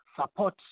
support